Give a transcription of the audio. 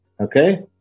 Okay